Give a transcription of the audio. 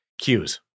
cues